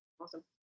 Awesome